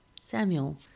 Samuel